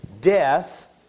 death